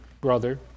brother